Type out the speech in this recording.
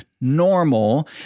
normal